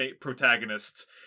protagonist